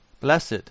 Blessed